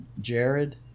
Jared